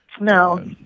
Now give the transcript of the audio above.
No